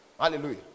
Hallelujah